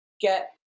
get